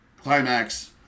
Climax